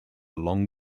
long